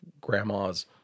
grandma's